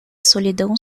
solidão